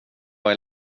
var